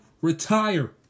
Retire